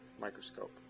microscope